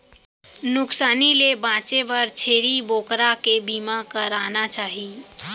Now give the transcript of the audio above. नुकसानी ले बांचे बर छेरी बोकरा के बीमा कराना चाही